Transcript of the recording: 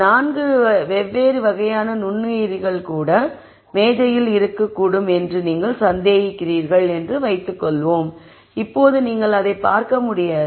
நான்கு வெவ்வேறு வகையான நுண்ணுயிரிகள் கூட மேஜையில் இருக்கக்கூடும் என்று நீங்கள் சந்தேகிக்கிறீர்கள் என்று வைத்துக் கொள்வோம் இப்போது நீங்கள் அதைப் பார்க்க முடியாது